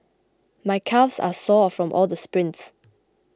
my calves are sore from all the sprints